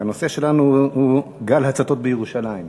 הנושא שלנו הוא: גל הצתות בירושלים.